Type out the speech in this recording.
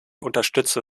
unterstütze